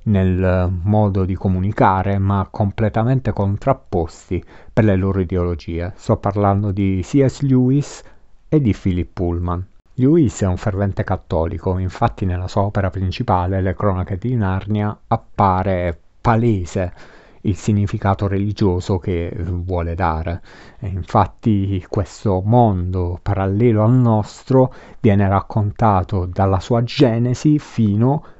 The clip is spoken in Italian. nel modo di comunicare, ma completamente contrapposti per le loro ideologie. Sto parlando di C.S. Lewis e di Philip Pullman. Lewis è un fervente cattolico, infatti nella sua opera principale, Le Cronache di Narnia, appare palese il significato religioso che vuole dare. E infatti questo mondo parallelo al nostro viene raccontato dalla sua genesi fino